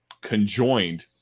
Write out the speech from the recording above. conjoined